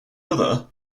other